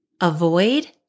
avoid